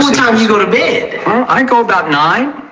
times you go to bed i go about nine